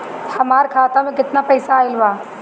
हमार खाता मे केतना पईसा आइल बा?